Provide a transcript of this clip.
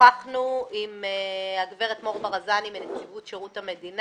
שוחחנו עם הגברת מור ברזני מנציבות שירות המדינה.